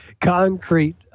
concrete